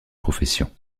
profession